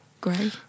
grey